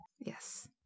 yes